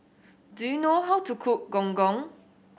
do you know how to cook Gong Gong